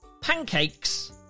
pancakes